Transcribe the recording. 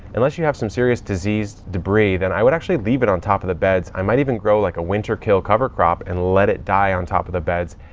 unless you have some serious disease, debris, then i would actually leave it on top of the beds. i might even grow like a winter kill cover crop and let it die on top of the beds.